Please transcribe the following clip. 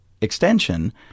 extension